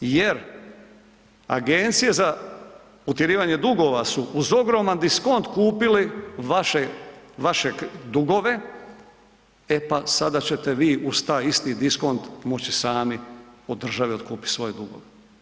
Jer Agencije za utjerivanje dugova su uz ogroman diskont kupili vaše, vašeg dugove, e pa sada ćete vi uz taj isti diskont moći sami od države otkupit svoje dugove.